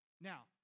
Now